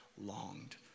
longed